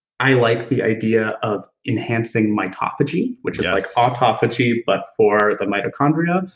i like the idea of enhancing mitophagy, which is yeah like autophagy, but for the mitochondria,